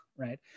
Right